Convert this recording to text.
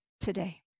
today